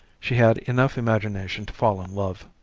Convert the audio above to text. she had enough imagination to fall in love.